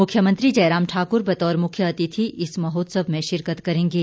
मुख्यमंत्री जयराम ठाक्र बतौर मुख्य अतिथि इस महोत्सव में शिरकत करेंगे